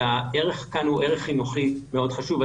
והערך כאן הוא ערך חינוכי מאוד חשוב.